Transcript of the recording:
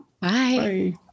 Bye